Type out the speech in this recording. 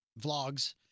vlogs